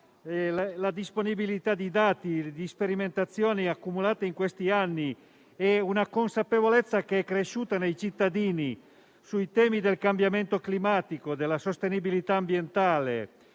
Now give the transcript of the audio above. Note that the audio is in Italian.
la disponibilità di dati e di sperimentazioni accumulate in questi anni, e una consapevolezza cresciuta nei cittadini sui temi del cambiamento climatico, della sostenibilità ambientale,